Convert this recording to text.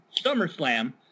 SummerSlam